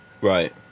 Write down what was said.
Right